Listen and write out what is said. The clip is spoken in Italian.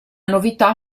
novità